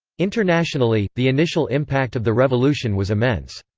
internationally, the initial impact of the revolution was immense.